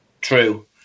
true